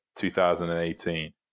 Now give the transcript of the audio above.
2018